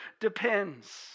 depends